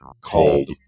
called